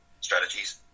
strategies